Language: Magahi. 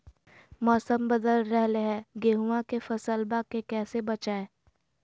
मौसम बदल रहलै है गेहूँआ के फसलबा के कैसे बचैये?